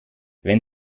wenn